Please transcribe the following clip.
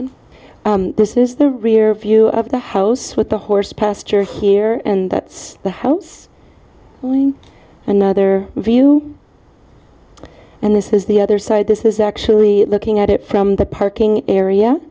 in this is the rear view of the house with the horse pasture here and that's the house another view and this is the other side this is actually looking at it from the parking area